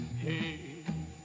Hey